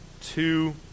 Two